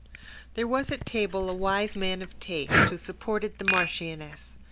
there was at table a wise man of taste, who supported the marchioness.